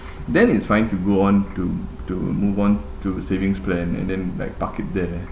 then it's fine to go on to to move on to savings plan and then like park it there